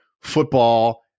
football